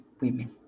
women